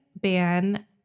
ban